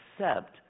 accept